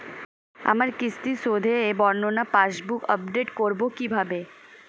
আমার কিস্তি শোধে বর্ণনা পাসবুক আপডেট করব কিভাবে?